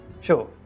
sure